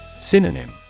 Synonym